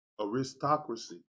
Aristocracy